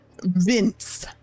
Vince